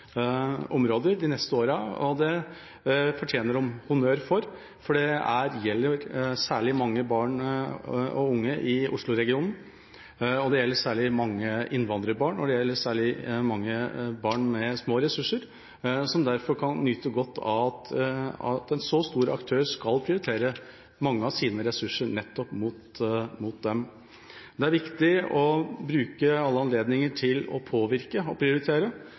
områder de neste årene. Det fortjener de honnør for, for det gjelder mange barn og unge i Oslo-regionen, det gjelder mange innvandrerbarn, og det gjelder mange barn med små ressurser, som kan nyte godt av at en så stor aktør skal prioritere mange av sine ressurser på nettopp dem. Det er viktig å bruke alle anledninger til å påvirke og prioritere,